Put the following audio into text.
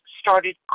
started